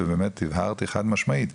ובאמת הבהרתי חד משמעית: